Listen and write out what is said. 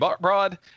broad